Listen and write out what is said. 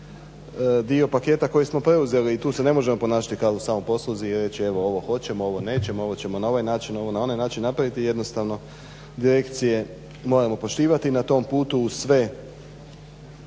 dio paketa koji smo preuzeli i tu se ne možemo ponašati kao u samo posluzi i reć ovo hoćemo, ovo nećemo, ovo ćemo na ovaj način, ovo na onaj način napraviti. Jednostavno direkcije moramo poštivati, na tom putu sve